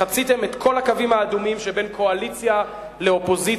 חציתם את כל הקווים האדומים שבין קואליציה לאופוזיציה.